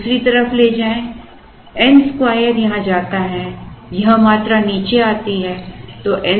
इसे दूसरी तरफ ले जाएं n 2 यहाँ जाता है यह मात्रा नीचे आती है